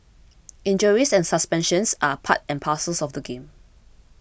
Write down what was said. injuries and suspensions are part and parcels of the game